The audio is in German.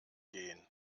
gehen